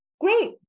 Great